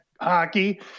Hockey